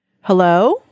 Hello